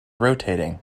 rotating